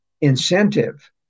incentive